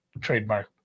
trademark